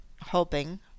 hoping